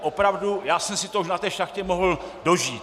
Opravdu já jsem si to už na té šachtě mohl dožít.